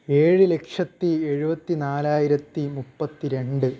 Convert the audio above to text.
ഏഴ് ലക്ഷത്തി എഴുപത്തി നാലായിരത്തി മുപ്പത്തി രണ്ട്